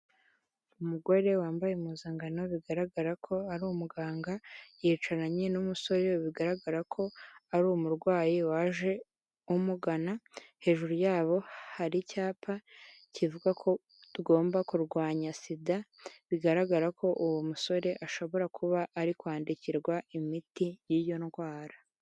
Umugore wambaye impuzangano bigaragara ko ari umuganga, yicaranye n'umusore bigaragara ko ari umurwayi waje umugana, hejuru yabo hari icyapa kivuga ko tugomba kurwanya SIDA, bigaragara ko uwo musore ashobora kuba ari kwandikirwa imiti y'iyo ndwara.